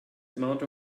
amount